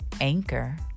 anchor